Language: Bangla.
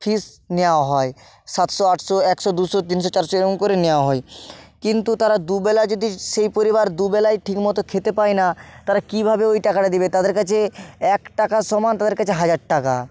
ফিস নেওয়াও হয় সাতশো আটশো একশো দুশো তিনশো চারশো এরকম করে নেওয়া হয় কিন্তু তারা দুবেলা যদি সেই পরিবার দুবেলায় ঠিক মতো খেতে পায় না তারা কীভাবে ওই টাকাটা দিবে তাদের কাছে এক টাকা সমান তাদের কাছে হাজার টাকা